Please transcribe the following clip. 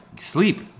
sleep